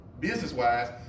business-wise